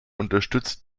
unterstützt